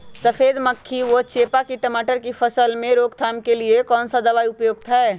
सफेद मक्खी व चेपा की टमाटर की फसल में रोकथाम के लिए कौन सा दवा उपयुक्त है?